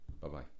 Bye-bye